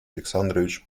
александрович